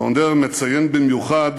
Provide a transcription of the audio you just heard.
לונדר מציין במיוחד